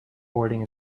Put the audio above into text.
boarding